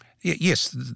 Yes